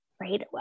right